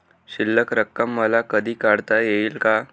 शिल्लक रक्कम मला कधी काढता येईल का?